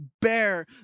bear